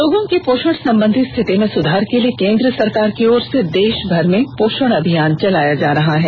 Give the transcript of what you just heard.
लोगों की पोषण संबंधी स्थिति में सुधार के लिए केन्द्र सरकार की ओर से देशभर में पोषण अभियान चलाया जा रहा है